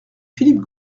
philippe